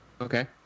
Okay